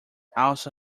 also